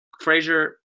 Frazier